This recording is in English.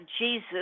Jesus